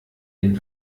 den